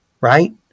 right